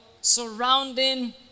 surrounding